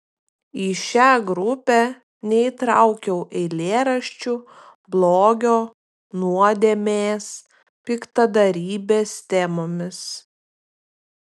į šią grupę neįtraukiau eilėraščių blogio nuodėmės piktadarybės temomis